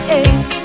eight